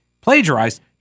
plagiarized